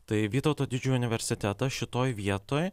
tai vytauto didžiojo universitetas šitoj vietoj